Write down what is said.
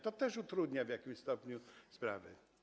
To też utrudnia w jakimś stopniu sprawę.